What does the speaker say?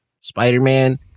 Spider-Man